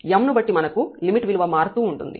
m ను బట్టి మనకు లిమిట్ విలువ మారుతూ ఉంటుంది